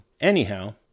anyhow